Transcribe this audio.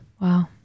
Wow